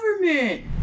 government